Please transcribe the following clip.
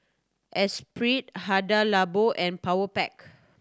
Esprit Hada Labo and Powerpac